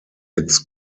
its